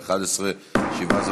יושב-ראש הישיבה,